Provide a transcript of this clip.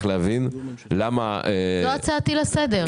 זאת ההצעה שלי לסדר.